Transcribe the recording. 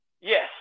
Yes